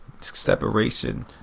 separation